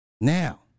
Now